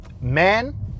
man